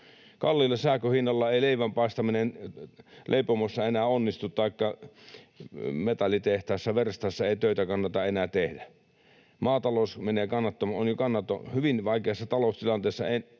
Kalliilla sähkön hinnalla ei leivän paistaminen leipomossa enää onnistu taikka metallitehtaissa, verstaissa ei töitä kannata enää tehdä. Maatalous on hyvin vaikeassa taloustilanteessa jo